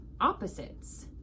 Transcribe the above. opposites